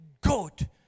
good